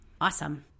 awesome